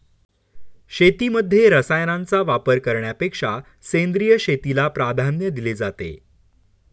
शेतीमध्ये रसायनांचा वापर करण्यापेक्षा सेंद्रिय शेतीला प्राधान्य दिले जाते